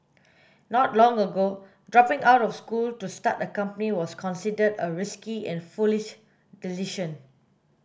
not long ago dropping out of school to start a company was considered a risky and foolish decision